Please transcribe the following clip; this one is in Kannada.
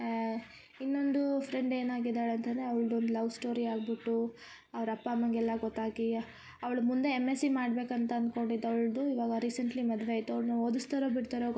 ಇನ್ನೊಂದು ಫ್ರೆಂಡ್ ಏನಾಗಿದಾಳೆ ಅಂತಂದರೆ ಅವ್ಳ್ದ ಒಂದು ಲವ್ ಸ್ಟೋರಿ ಆಗ್ಬಿಟ್ಟು ಅವ್ರ ಅಪ್ಪ ಅಮ್ಮಂಗೆಲ್ಲ ಗೊತ್ತಾಗಿ ಅವಳು ಮುಂದೆ ಎಮ್ ಎಸ್ಸಿ ಮಾಡ್ಬೇಕು ಅಂತ ಅಂದ್ಕೊಂಡು ಇದ್ದೋಳ್ದ ಅವ್ಳ್ದು ಈಗ ರೀಸೆಂಟಾಗ ಮದುವೆ ಆಯ್ತ ಅವ್ಳ್ನ ಓದುಸ್ತಾರೊ ಬಿಡ್ತಾರೊ ಗೊತ್ತಿಲ್ಲ ಬಟ್